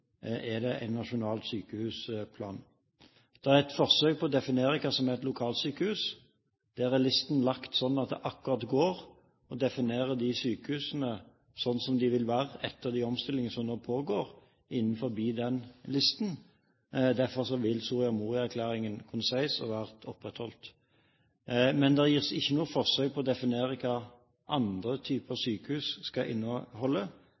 er det en nasjonal sykehusplan. Det er et forsøk på å definere hva som er et lokalsykehus. Der er listen lagt sånn at det akkurat går å definere sykehusene slik de vil være etter de omstillingene som nå pågår innenfor den listen. Derfor vil Soria Moria-erklæringen kunne sies å være opprettholdt. Men det gis ikke noe forsøk på å definere hva andre typer sykehus skal